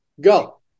Go